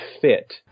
fit